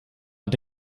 hat